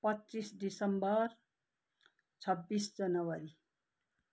पच्चिस डिसम्बर छब्बिस जनवरी